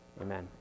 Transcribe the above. Amen